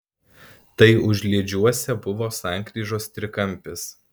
tai užliedžiuose buvo sankryžos trikampis